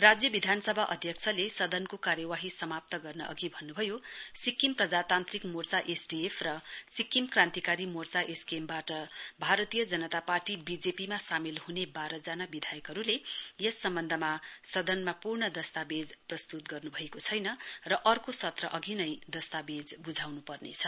राज्य विधानसभामा अध्यक्षले सदनको कार्वाही समाप्त गर्न अघि भन्न भयो सिक्किम प्रजातान्त्रिक मोर्चा एसडीएफ पार्टी र सिक्किम क्रान्तिकारी मोर्चा एसकेएमबाट भारतीय जनता पार्टी बीजेपीमा सामेल हुने बाह्र जना विधायकहरूले यस सम्बन्धमा सयन्त्रमा पूर्ण दस्तावेज प्रस्तुत गरेका छैनन् र अर्को सत्रअघि नै दस्तावेज बुझाउनु पर्नेछ